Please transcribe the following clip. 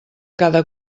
cada